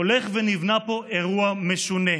הולך ונבנה פה אירוע משונה.